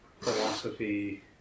philosophy